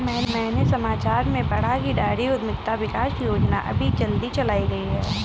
मैंने समाचार पत्र में पढ़ा की डेयरी उधमिता विकास योजना अभी जल्दी चलाई गई है